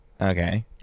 okay